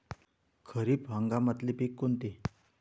खरीप हंगामातले पिकं कोनते?